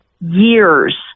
years